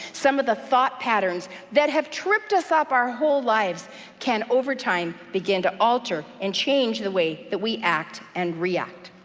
some of the thought patterns that have tripped us up our whole lives can over time begin to alter and change the way that we act and react.